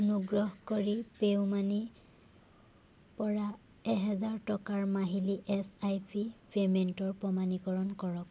অনুগ্ৰহ কৰি পেউমানিৰ পৰা এহাজাৰ টকাৰ মাহিলী এছআইপি পে'মেণ্টৰ প্ৰমাণীকৰণ কৰক